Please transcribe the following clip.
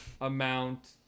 amount